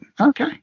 Okay